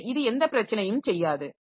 எனவே இது எந்த பிரச்சனையும் செய்யாது